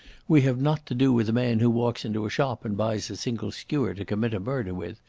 we have not to do with a man who walks into a shop and buys a single skewer to commit a murder with,